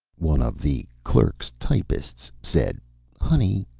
one of the clerks, typists said honey,